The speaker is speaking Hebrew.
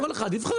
כל אחד יבחר.